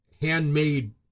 handmade